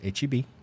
HEB